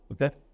Okay